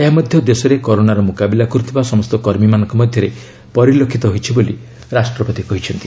ଏହା ମଧ୍ୟ ଦେଶରେ କରୋନାର ମୁକାବିଲା କରୁଥିବା ସମସ୍ତ କର୍ମୀମାନଙ୍କ ମଧ୍ୟରେ ପରିଲକ୍ଷିତ ହୋଇଛି ବୋଲି ରାଷ୍ଟ୍ରପତି କହିଚ୍ଛନ୍ତି